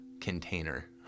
container